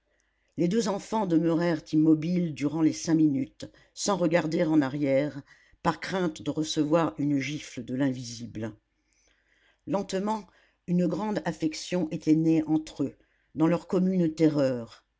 les deux enfants demeurèrent immobiles durant les cinq minutes sans regarder en arrière par crainte de recevoir une gifle de l'invisible lentement une grande affection était née entre eux dans leur commune terreur